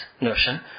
notion